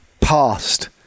Past